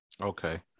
okay